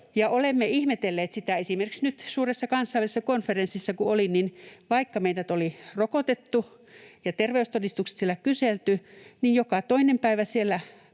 Olemme ihmetelleet sitä, esimerkiksi nyt kun olin suuressa kansainvälisessä konferenssissa, että vaikka meidät oli rokotettu ja terveystodistukset siellä kyselty, niin joka toinen päivä siellä